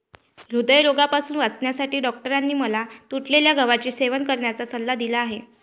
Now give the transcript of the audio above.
हृदयरोगापासून वाचण्यासाठी डॉक्टरांनी मला तुटलेल्या गव्हाचे सेवन करण्याचा सल्ला दिला आहे